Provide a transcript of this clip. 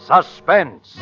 Suspense